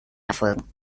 erfolgen